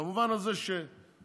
במובן הזה שהצבא,